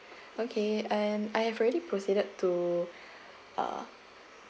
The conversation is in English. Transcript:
okay and I have already proceeded to uh